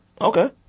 Okay